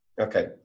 Okay